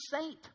saint